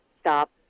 stop